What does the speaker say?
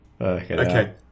Okay